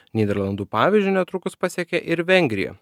nyderlandų pavyzdžiu netrukus pasekė ir vengrija